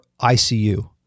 ICU